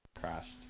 crashed